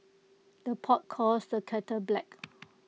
the pot calls the kettle black